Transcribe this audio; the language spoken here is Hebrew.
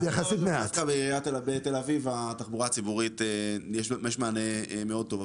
דווקא בתל אביב התחבורה הציבורית יש מענה מאוד טוב.